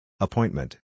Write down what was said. Appointment